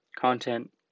Content